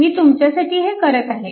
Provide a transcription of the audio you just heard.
मी तुमच्यासाठी हे करत आहे